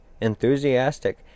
enthusiastic